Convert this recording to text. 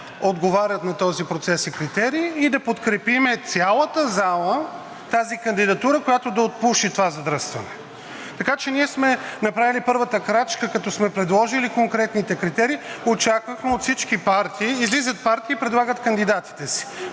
отговарят на този процес и критерии, и цялата зала да подкрепим тази кандидатура, която да отпуши това задръстване. Така че ние сме направили първата крачка, като сме предложили конкретните критерии, очаквахме от всички партии – излизат партиите и предлагат кандидатите си.